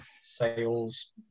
sales